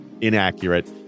inaccurate